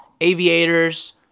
Aviators